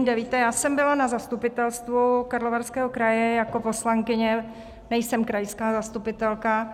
Víte, já jsem byla na zastupitelstvu Karlovarského kraje jako poslankyně, nejsem krajská zastupitelka.